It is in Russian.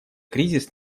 кризис